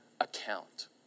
account